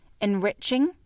enriching